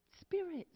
spirits